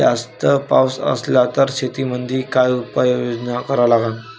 जास्त पाऊस असला त शेतीमंदी काय उपाययोजना करा लागन?